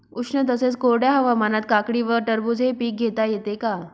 उष्ण तसेच कोरड्या हवामानात काकडी व टरबूज हे पीक घेता येते का?